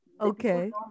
okay